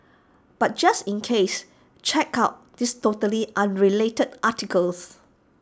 but just in case check out this totally unrelated article